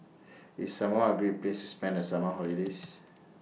IS Samoa A Great Place to spend The Summer holidays